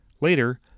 Later